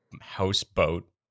Houseboat